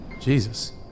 Jesus